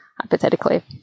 hypothetically